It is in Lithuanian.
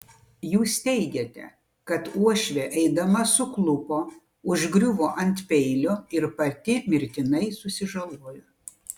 jūs teigiate kad uošvė eidama suklupo užgriuvo ant peilio ir pati mirtinai susižalojo